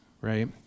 right